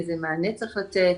איזה מענה צריך לתת,